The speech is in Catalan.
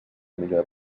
millor